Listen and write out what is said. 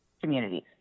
communities